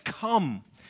come